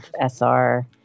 SR